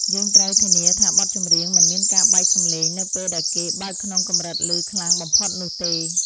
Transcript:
យើងត្រូវធានាថាបទចម្រៀងមិនមានការបែកសំឡេងនៅពេលដែលគេបើកក្នុងកម្រិតឮខ្លាំងបំផុតនោះទេ។